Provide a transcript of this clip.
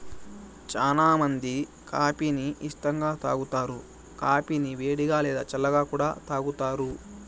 చానా మంది కాఫీ ని ఇష్టంగా తాగుతారు, కాఫీని వేడిగా, లేదా చల్లగా కూడా తాగుతారు